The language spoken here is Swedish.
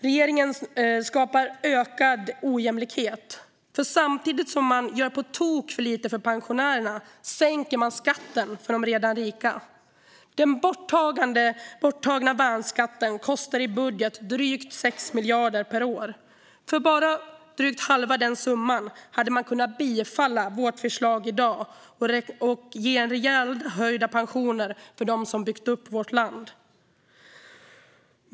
Regeringen skapar ökad ojämlikhet, för samtidigt som man gör på tok för lite för pensionärerna sänker man skatten för de redan rika. Den borttagna värnskatten kostar i budgeten drygt 6 miljarder per år. För bara drygt halva den summan hade man kunnat bifalla vårt förslag i dag och ge rejält höjda pensioner till dem som byggt upp vårt land.